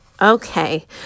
Okay